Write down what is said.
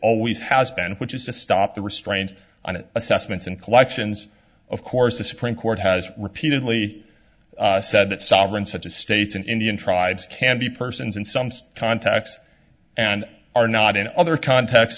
always has been which is to stop the restraint on assessments and collections of course the supreme court has repeatedly said that sovereign such as states in indian tribes can be persons and some's contacts and are not in other contexts